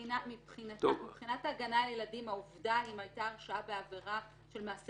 מבחינת ההגנה על ילדים העובדה אם הייתה הרשעה בעבירה של מעשה